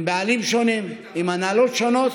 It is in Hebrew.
עם בעלים שונים, עם הנהלות שונות.